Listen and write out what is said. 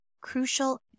crucial